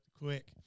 quick